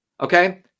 Okay